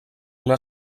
una